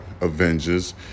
Avengers